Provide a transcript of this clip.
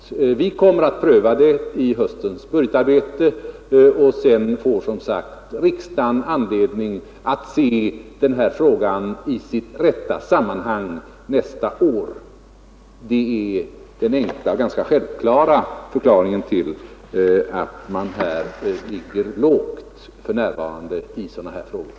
Vi kommer att pröva det i höstens budgetarbete, och sedan får som sagt riksdagen se frågan i dess rätta sammanhang nästa år. Detta är den enkla och ganska självklara förklaringen till att man för närvarande ligger lågt i sådana här ärenden.